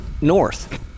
north